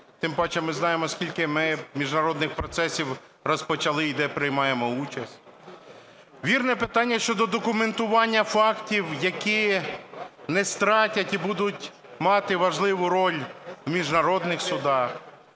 тим паче ми знаємо скільки ми міжнародних процесів розпочали і де приймаємо участь. Вірне питання щодо документування фактів, які не стратять і будуть мати важливу роль в міжнародних судах,